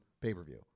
pay-per-view